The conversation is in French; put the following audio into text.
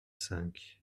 cinq